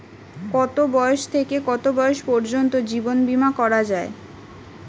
কতো বয়স থেকে কত বয়স পর্যন্ত জীবন বিমা করা যায়?